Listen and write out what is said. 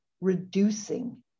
reducing